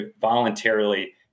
voluntarily